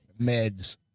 meds